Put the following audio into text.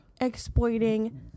Exploiting